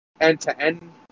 end-to-end